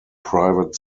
private